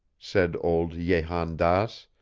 said old jehan daas,